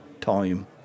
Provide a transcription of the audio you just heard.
time